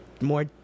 more